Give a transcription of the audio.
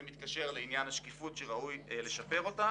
זה מתקשר לעניין השקיפות שראוי לשפרה.